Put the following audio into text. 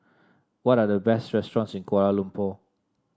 what are the best restaurants in Kuala Lumpur